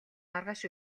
маргааш